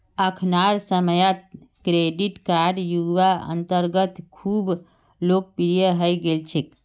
अखनाकार समयेत credit card युवार अंदरत खूब लोकप्रिये हई गेल छेक